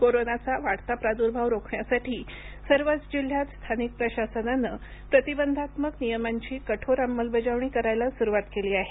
कोरोनाचा वाढता प्रादुर्भाव रोखण्यासाठी सर्वच जिल्ह्यात स्थानिक प्रशासनानं प्रतिबंधात्मक नियमांची कठोर अंमलबजावणी करायला स्रुवात केली आहे